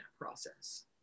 process